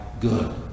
good